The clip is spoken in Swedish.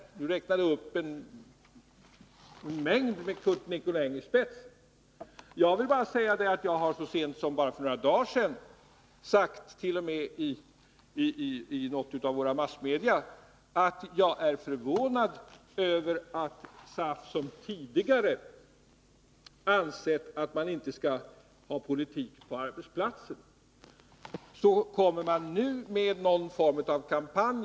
Sten Andersson räknade upp många av dem med Curt Nicolin i spetsen. Jag vill bara framhålla att jag så sent som för några dagar sedan har sagt, t.o.m. i något av våra massmedia, att jag är förvånad över att SAF, som tidigare ansett att man inte skall ha politik på arbetsplatsen, nu kommer med någon form av kampanj.